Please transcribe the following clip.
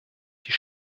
die